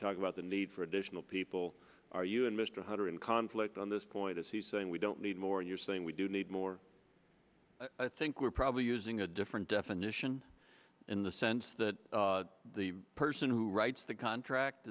talk about the need for additional people are you and mr hunter in conflict on this point is he saying we don't need more you're saying we do need more i think we're probably using a different definition in the sense that the person who writes the contract